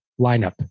lineup